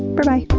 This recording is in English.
berbye.